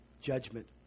judgment